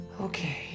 Okay